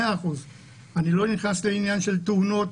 100%. אני לא נכנס לעניין של תאונות,